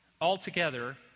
Altogether